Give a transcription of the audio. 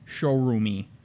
showroomy